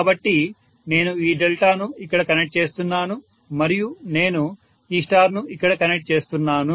కాబట్టి నేను ఈ డెల్టాను ఇక్కడ కనెక్ట్ చేస్తున్నాను మరియు నేను ఈ స్టార్ ను ఇక్కడ కనెక్ట్ చేస్తున్నాను